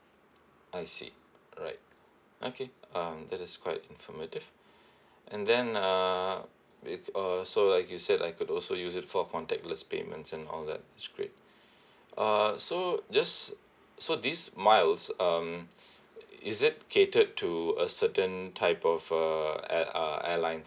I see alright okay um that is quite informative and then uh with uh so like you said I could also use it for contactless payments and all that it's great uh so just so these miles um is it catered to a certain type of uh air~ uh airlines